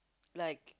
like